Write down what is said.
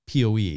POE